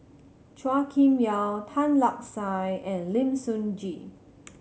Chua Kim Yeow Tan Lark Sye and Lim Sun Gee